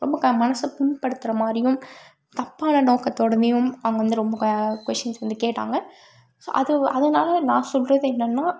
ரொம்ப மனசை புண் படுத்துகிற மாதிரியும் தப்பான நோக்கத்தோடயும் அவங்க வந்து ரொம்ப கொஸ்டின்ஸ் வந்து கேட்டாங்க ஸோ அது அதனால நான் சொல்கிறது என்னன்னா